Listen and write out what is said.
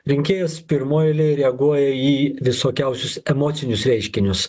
rinkėjas pirmoj eilėj reaguoja į į visokiausius emocinius reiškinius